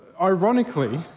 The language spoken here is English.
ironically